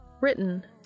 Written